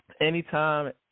anytime